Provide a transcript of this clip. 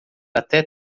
até